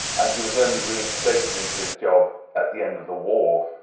and he was only reinstated into his job at the end of the war.